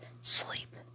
Sleep